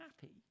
happy